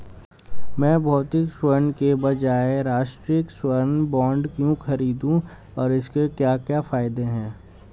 मैं भौतिक स्वर्ण के बजाय राष्ट्रिक स्वर्ण बॉन्ड क्यों खरीदूं और इसके क्या फायदे हैं?